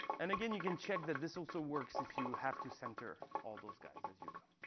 and again, you can check that this also works if you have to center all those guys as you go.